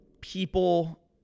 people